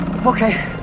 Okay